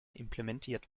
implementiert